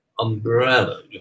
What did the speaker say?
Umbrella